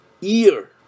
year